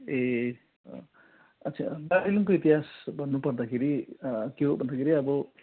ए अच्छा दार्जिलिङको इतिहास भन्नु पर्दाखेरि के हो भन्दाखेरि अब